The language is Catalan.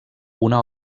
una